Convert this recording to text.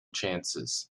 chances